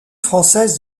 française